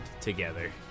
together